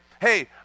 hey